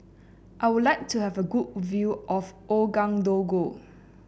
I would like to have a good view of Ouagadougou